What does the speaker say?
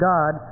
God